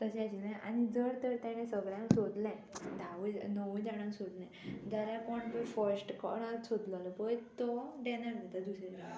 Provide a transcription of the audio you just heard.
तशें आनी जर तर तेणें सगळ्यांक सोदलें धावूय णवूय जाणांक सोदलें जाल्यार कोण पय फस्ट कोणाक सोदलेलो पय तो डॅनर जाता दुसरे फावटी